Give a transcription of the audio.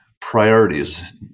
priorities